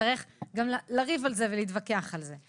יצטרך לריב ולהתווכח על זה.